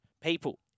people